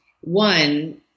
One